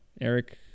Eric